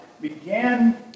began